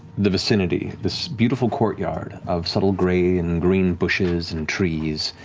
the vicinity, this beautiful courtyard of subtle gray and green bushes and trees.